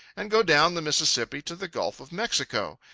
and go down the mississippi to the gulf of mexico.